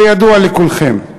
זה ידוע לכולכם.